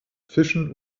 fischen